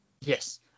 Yes